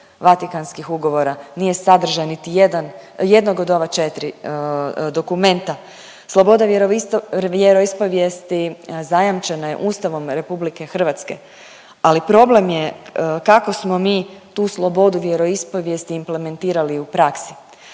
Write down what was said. Vatikanskih ugovora, nije sadržaj niti jedan, jednog od ova 4 dokumenta. Sloboda vjeroispovijesti zajamčena je Ustavom RH, ali problem je kako smo mi tu slobodu vjeroispovijesti implementirali u praksi.